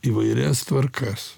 įvairias tvarkas